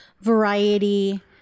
variety